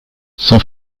son